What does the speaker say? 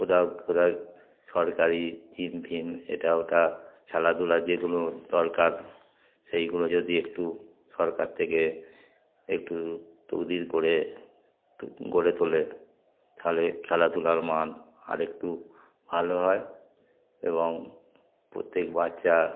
কোদাও কোথা সরকারি জিম ফিম এটা ওটা খেলাধুলা যেগুলো দরকার সেইগুলো যদি একটু সরকার থেকে একটু তদ্বির করে গড়ে তোলে তাহলে খেলাধুলার মান আর একটু ভালো হয় এবং প্রত্যেক বাচ্চা